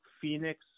Phoenix